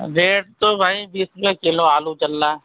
rate تو بھائی بیس روپئے کلو آلو چل رہا ہے